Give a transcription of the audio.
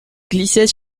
glissait